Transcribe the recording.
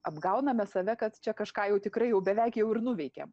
apgauname save kad čia kažką jau tikrai jau beveik jau ir nuveikėm